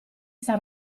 sta